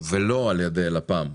ולא על-ידי לפ"מ,